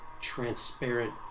transparent